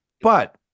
but-